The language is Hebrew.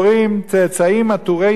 צאצאים עטורי ציצית,